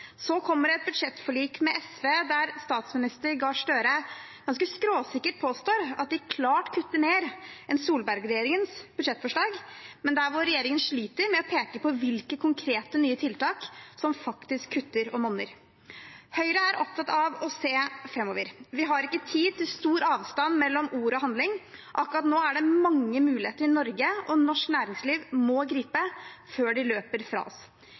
Så kommer det et budsjettforlik med SV, der statsminister Gahr Støre ganske skråsikkert påstår at de klart kutter mer enn Solberg-regjeringens budsjettforslag, men der regjeringen sliter med å peke på hvilke konkrete nye tiltak som faktisk kutter og monner. Høyre er opptatt av å se framover. Vi har ikke tid til stor avstand mellom ord og handling. Akkurat nå er det mange muligheter i Norge, og norsk næringsliv må gripe dem før de løper fra oss.